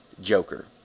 Joker